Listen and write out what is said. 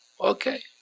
Okay